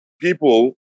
people